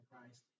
Christ